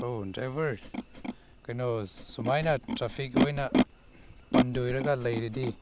ꯑꯧ ꯗ꯭ꯔꯥꯏꯕꯔ ꯀꯩꯅꯣ ꯁꯨꯃꯥꯏꯅ ꯇ꯭ꯔꯥꯐꯤꯛ ꯑꯣꯏꯅ ꯄꯟꯗꯨꯅ ꯂꯩꯔꯗꯤ